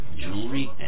jewelry